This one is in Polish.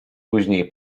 później